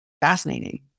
Fascinating